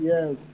Yes